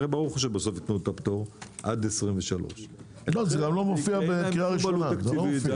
ברור לך שייתנו את הפטור עד 23'. אין להם שום עלות תקציבית.